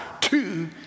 two